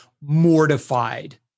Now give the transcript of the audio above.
mortified